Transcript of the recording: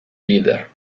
leader